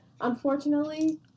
unfortunately